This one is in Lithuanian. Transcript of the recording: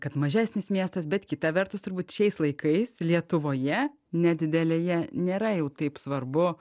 kad mažesnis miestas bet kita vertus turbūt šiais laikais lietuvoje nedidelėje nėra jau taip svarbu